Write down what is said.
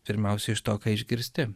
pirmiausia iš to ką išgirsti